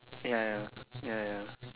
ya ya ya ya